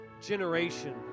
generation